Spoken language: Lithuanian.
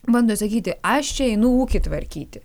bando sakyti aš čia einu ūkį tvarkyti